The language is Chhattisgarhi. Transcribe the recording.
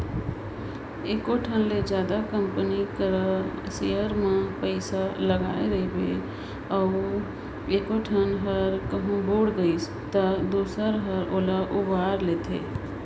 एगोट ले जादा कंपनी कर सेयर में पइसा लगाय रिबे अउ एगोट हर कहों बुइड़ गइस ता दूसर हर ओला उबाएर लेथे